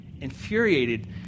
Infuriated